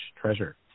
treasure